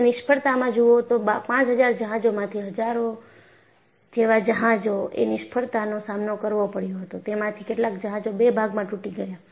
તમે નિષ્ફળતામાં જુઓ તો 5000 જહાજોમાંથી હજારો જેવા જહાજો એ નિષ્ફળતા નો સામનો કરવો પડ્યો હતો તેમાંથી કેટલાક જહાજ બે ભાગમાં તૂટી ગયા